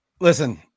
Listen